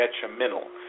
detrimental